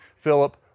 Philip